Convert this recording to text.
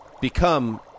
become